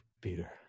Peter